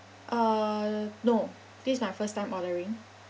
uh no this is my first time ordering